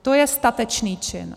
To je statečný čin.